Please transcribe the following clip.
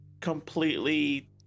Completely